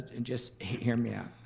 and just hear me out,